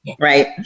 Right